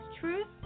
Truth